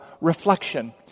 reflection